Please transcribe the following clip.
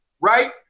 right